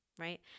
right